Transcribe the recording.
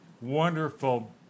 wonderful